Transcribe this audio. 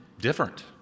different